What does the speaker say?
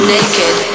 Naked